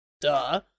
duh